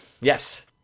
Yes